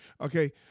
Okay